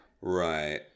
right